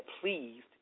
pleased